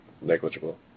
negligible